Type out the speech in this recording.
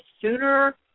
sooner